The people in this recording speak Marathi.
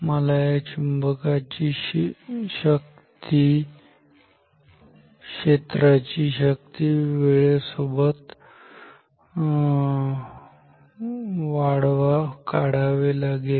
मला या चुंबकीय क्षेत्राची शक्ती वेळेसोबत काढावे लागेल